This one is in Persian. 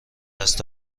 دست